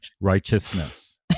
righteousness